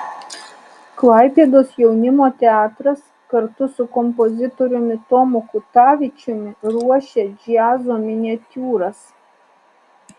klaipėdos jaunimo teatras kartu su kompozitoriumi tomu kutavičiumi ruošia džiazo miniatiūras